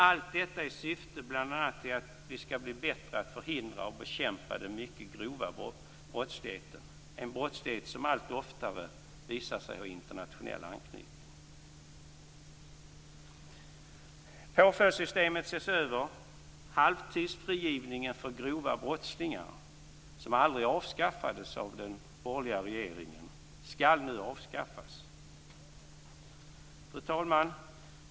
Allt detta syftar till att vi bl.a. skall bli bättre på att förhindra och bekämpa den mycket grova brottsligheten, en brottslighet som allt oftare visar sig ha internationell anknytning. Påföljdssystemet ses över. Halvtidsfrigivningen för grova brottslingar, som aldrig avskaffades av den borgerliga regeringen, skall nu avskaffas. Fru talman!